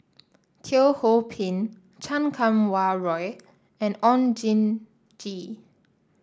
Teo Ho Pin Chan Kum Wah Roy and Oon Jin Gee